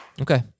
Okay